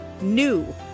NEW